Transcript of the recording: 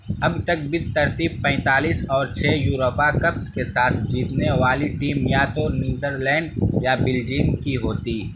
اب تک بالترتیب پینتالیس اور چھ یوروپیا کپس کے ساتھ جیتنے والی ٹیم یا تو نیدرلینڈ یا بیلجیم کی ہوتی